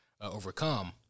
overcome